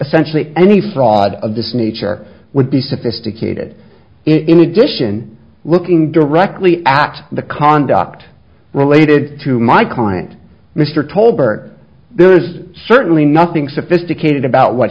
essentially any fraud of this nature would be sophisticated in addition looking directly at the conduct related to my client mr colbert there was certainly nothing sophisticated about what